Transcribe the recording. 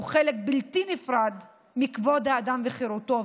הוא חלק בלתי נפרד מכבוד האדם וחירותו,